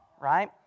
right